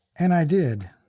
and i did.